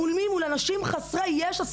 מול אנשים חסרי ישע,